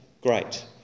great